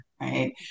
right